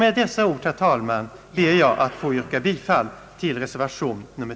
Med dessa ord ber jag, herr talman, att få yrka bifall till reservation III.